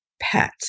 pet